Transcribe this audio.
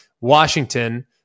Washington